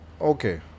okay